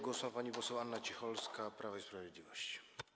Głos ma pani poseł Anna Cicholska, Prawo i Sprawiedliwość.